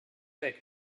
ambient